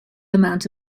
amount